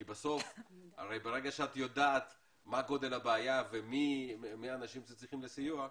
ברגע שאת יודעת מה גודל הבעיה ומי האנשים שצריכים סיוע,